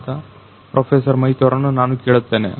ಅಂತ ಪ್ರೋಫೆಸರ್ ಮೈತಿಯವರನ್ನ ನಾನು ಕೇಳುತ್ತೇನೆ